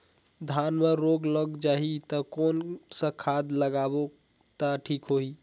धान म रोग लग जाही ता कोन सा दवाई लगाबो ता ठीक रही?